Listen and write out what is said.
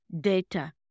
data